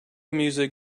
music